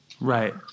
Right